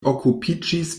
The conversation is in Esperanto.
okupiĝis